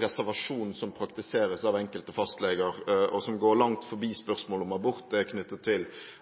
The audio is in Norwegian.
reservasjon som praktiseres av enkelte fastleger, og som går langt forbi spørsmålet om abort. Det er knyttet til